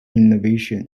innovation